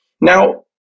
Now